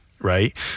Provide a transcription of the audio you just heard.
Right